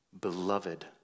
beloved